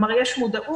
כלומר יש מודעות,